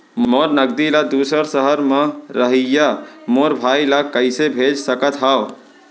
मोर नगदी ला दूसर सहर म रहइया मोर भाई ला कइसे भेज सकत हव?